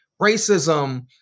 racism